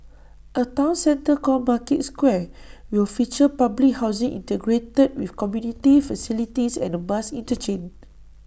A Town centre called market square will feature public housing integrated with community facilities and A bus interchange